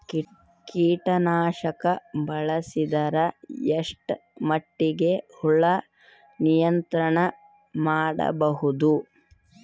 ಕೀಟನಾಶಕ ಬಳಸಿದರ ಎಷ್ಟ ಮಟ್ಟಿಗೆ ಹುಳ ನಿಯಂತ್ರಣ ಮಾಡಬಹುದು?